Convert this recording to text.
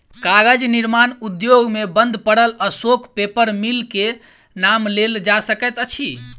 कागज निर्माण उद्योग मे बंद पड़ल अशोक पेपर मिल के नाम लेल जा सकैत अछि